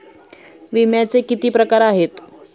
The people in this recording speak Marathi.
विम्याचे किती प्रकार आहेत?